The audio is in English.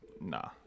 Nah